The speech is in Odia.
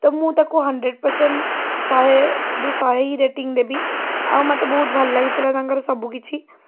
ତ ମୁଁ ତାକୁ ହଣ୍ଡରେଣ୍ଡ୍ ପରସେଣ୍ଟ୍ ଶହେରୁ ଶହେ ହିଁ ରେଟିଙ୍ଗ୍ ଦେବି ଆଉ ମୋତେ ବହୁତ ଭଲ ଲାଗିଥିଲା ତାଙ୍କର ସବୁ କିଛି